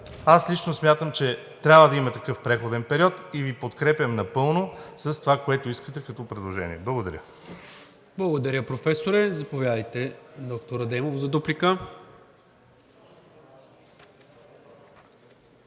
Аз лично смятам, че трябва да има такъв преходен период и Ви подкрепям напълно с това, което искате като предложение. Благодаря. ПРЕДСЕДАТЕЛ НИКОЛА МИНЧЕВ: Благодаря, Професоре. Заповядайте, доктор Адемов, за дуплика.